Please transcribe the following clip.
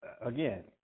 again